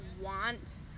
want